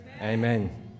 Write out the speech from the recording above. Amen